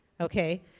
okay